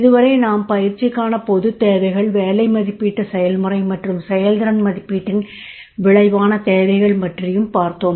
இதுவரை நாம் பயிற்சிக்கான பொதுத் தேவைகள் வேலை மதிப்பீட்டு செயல்முறை மற்றும் செயல்திறன் மதிப்பீட்டின் விளைவான தேவைகள் பற்றியும் பார்த்தோம்